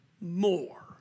more